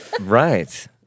Right